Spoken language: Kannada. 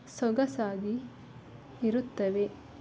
ಸೊಗಸಾಗಿ ಇರುತ್ತವೆ